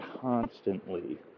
constantly